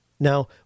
Now